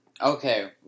okay